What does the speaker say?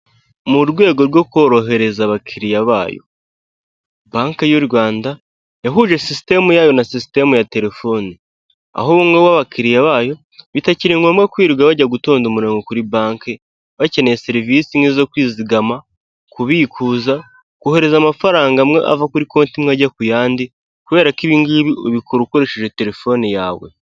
Mu rwego rwo korohereza abakiriya bayo. Banke y'u Rwanda, yahuje sisitemu yayo na sisitemu ya telefoni aho bamwe b'abakiriya bayo, bitakiri ngombwa kwirirwa bajya gutonda umurongo kuri banki, bakeneye serivisi nk'izo kwizigama, kubikuza, kohereza amafaranga amwe ava kuri konti imwe ajya ku yandi kubera ko ibi ngibi ubikora ukoresheje telefone yawe.